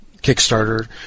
Kickstarter